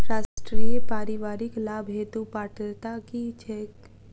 राष्ट्रीय परिवारिक लाभ हेतु पात्रता की छैक